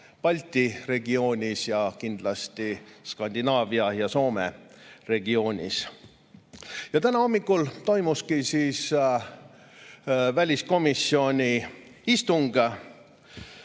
Balti regioonis ning kindlasti Skandinaavia ja Soome regioonis. Täna hommikul toimuski väliskomisjoni istung,